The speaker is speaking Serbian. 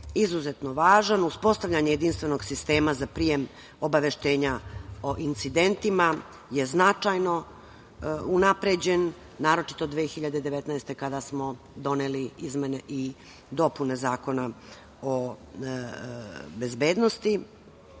izuzetno važan, uspostavljanje jedinstvenog sistema za prijem obaveštenja o incidentima je značajno unapređen, naročito 2019. godine, kada smo doneli izmene i dopune Zakona o